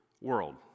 world